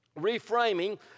Reframing